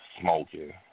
smoking